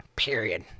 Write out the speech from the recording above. period